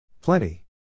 Plenty